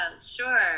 sure